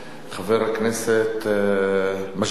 חבר הכנסת מג'אדלה?